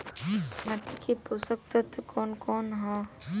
माटी क पोषक तत्व कवन कवन ह?